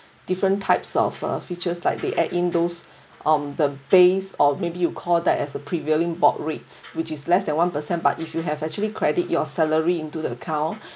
different types of uh features like the air indoors on the face or maybe you call that as a prevailing board rates which is less than one per cent but if you have actually credit your salary into the account